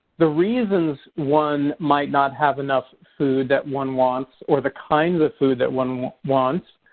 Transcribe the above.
the reasons one might not have enough food that one wants or the kinds of food that one wants,